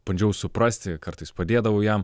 bandžiau suprasti kartais padėdavau jam